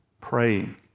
Praying